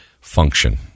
function